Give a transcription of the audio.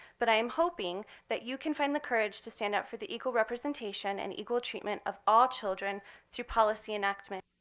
but i am hoping that you can find the courage to stand up for the equal representation and equal treatment of all children through policy enactment.